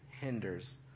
hinders